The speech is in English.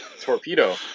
torpedo